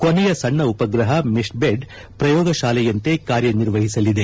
ಕೊನೆಯ ಸಣ್ಣ ಉಪಗ್ರಹ ಮೆಶ್ಬೆಡ್ ಪ್ರಯೋಗ ಶಾಲೆಯಂತೆ ಕಾರ್ಯ ನಿರ್ವಹಿಸಲಿದೆ